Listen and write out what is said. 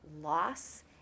loss